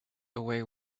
away